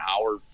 hour